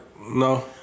no